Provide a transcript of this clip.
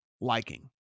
liking